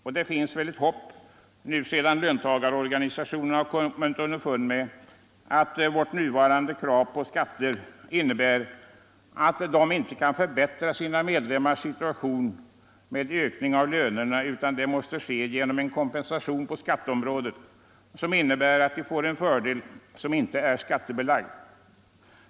Och det finns väl ett hopp nu sedan löntagarorganisationerna kommit underfund med att vårt nuvarande krav på skatter innebär att de icke kan förbättra sina medlemmars situation med ökning av lönerna utan att det måste ske genom kompensation på skatteområdet som innebär att medlemmarna får en fördel som inte är skattebelagd.